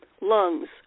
lungs